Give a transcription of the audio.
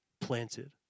Planted